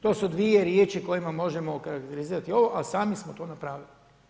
To su dvije riječi kojima možemo okarakterizirati ovo a sami smo to napravili.